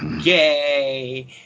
yay